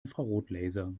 infrarotlaser